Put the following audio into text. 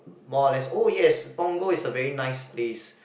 more less oh yes Punggol is a very nice place